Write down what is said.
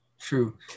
True